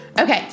Okay